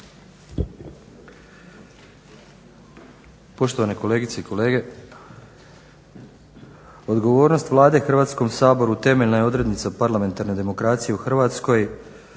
Poštovane kolegice i kolege, odgovornost Vlade Hrvatskom saboru temeljna je odrednica parlamentarne demokracije u Hrvatskoj